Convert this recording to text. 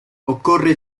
occorre